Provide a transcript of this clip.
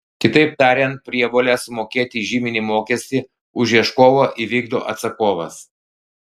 kitaip tariant prievolę sumokėti žyminį mokestį už ieškovą įvykdo atsakovas